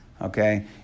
okay